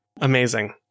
Amazing